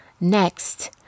Next